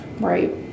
Right